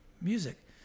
music